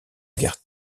gare